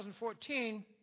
2014